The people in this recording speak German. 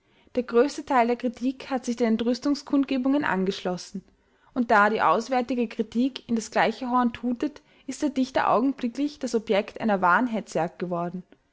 der größte teil der kritik hat sich den entrüstungskundgebungen angeschlossen und da die auswärtige kritik in das gleiche horn tutet ist der dichter augenblicklich das objekt einer wahren hetzjagd geworden